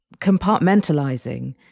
compartmentalizing